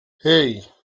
hey